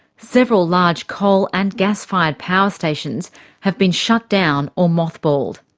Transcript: several large coal and gas-fired power stations have been shut down or mothballed.